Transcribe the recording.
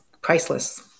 priceless